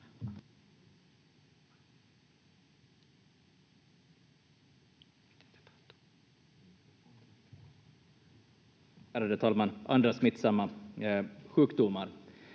ärade talman, andra smittsamma sjukdomar.